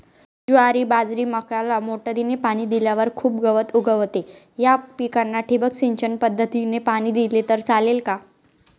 ज्वारी, बाजरी, मक्याला मोटरीने पाणी दिल्यावर खूप गवत उगवते, या पिकांना ठिबक सिंचन पद्धतीने पाणी दिले तर चालेल का?